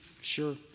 sure